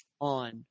on